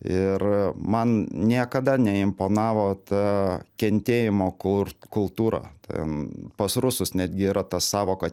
ir man niekada neimponavo ta kentėjimo kur kultūra ten pas rusus netgi yra ta sąvoka